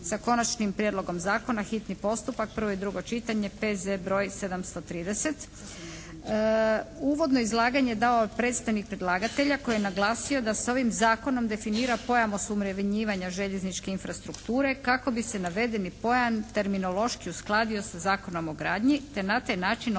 s Konačnim prijedlogom zakona, hitni postupak, prvo i drugo čitanje, P.Z. br. 730. Uvodno izlaganje dao je predstavnik predlagatelja koji je naglasio da se ovim zakonom definira pojam osuvremenjivanja željezničke infrastrukture kako bi se navedeni pojam terminološki uskladio sa Zakonom o gradnji te na taj način olakšala